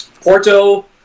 Porto